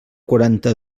quaranta